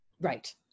Right